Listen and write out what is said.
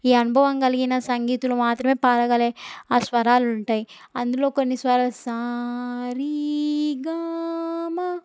ఈ అనుభవం కలిగిన సంగీతులు మాత్రమే పాడగలే ఆ స్వరాలు ఉంటాయి అందులో కొన్ని స్వర సారీగామా